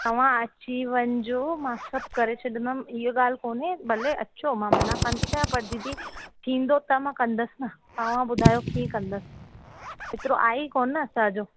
तव्हां अची वञिजो मां सभु करे छॾंदमि इह ॻाल्हि कोन्हे भले अचो मां मना कोन्ह थी कयां पर दीदी थींदो त मां कंदसि न तव्हां ॿुधायो कीअं कंदसि एतिरो आहे ई कोन्ह न असांजो